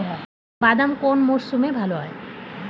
বাদাম কোন মরশুমে ভাল হয়?